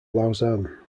lausanne